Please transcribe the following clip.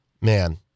Man